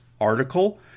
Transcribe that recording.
article